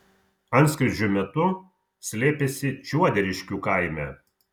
antskrydžių metu slėpėsi čiuoderiškių kaime